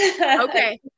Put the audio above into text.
Okay